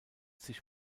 sich